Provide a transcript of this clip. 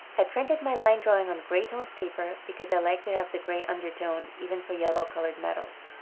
i printed my line drawing on grey toned paper because i like to have the grey undertone even for yellow colored metals.